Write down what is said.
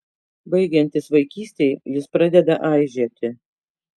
baigiantis vaikystei jis pradeda aižėti